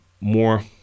more